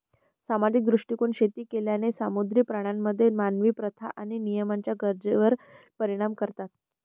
सामाजिक दृष्टीकोन शेती केलेल्या समुद्री प्राण्यांमध्ये मानवी प्रथा आणि नियमांच्या गरजेवर परिणाम करतात